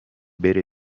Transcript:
بره